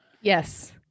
Yes